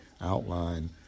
outline